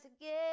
again